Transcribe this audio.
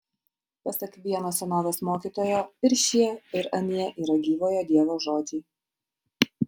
pasak vieno senovės mokytojo ir šie ir anie yra gyvojo dievo žodžiai